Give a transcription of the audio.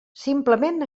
simplement